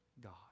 God